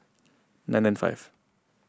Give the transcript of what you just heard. nine nine five